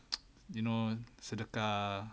you know sedekah